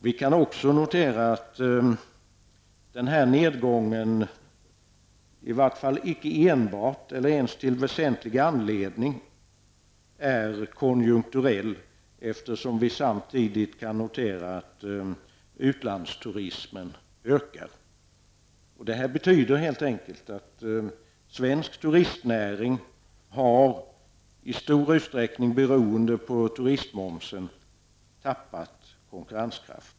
Vi kan också notera att den nedgången i vart fall icke enbart eller ens till väsentlig anledning är konjunkturell, eftersom vi samtidigt kan notera att utlandsturismen ökar. Det här betyder helt enkelt att svensk turistnäring, i stor utsträckning beroende på turistmomsen, har tappat konkurrenskraft.